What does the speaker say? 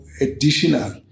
additional